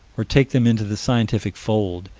or take them into the scientific fold,